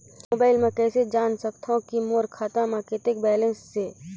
Mobile म कइसे जान सकथव कि मोर खाता म कतेक बैलेंस से?